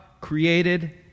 created